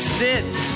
sits